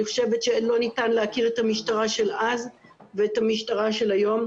אני חושבת שלא ניתן להכיר את המשטרה של אז ואת המשטרה של היום,